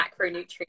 macronutrients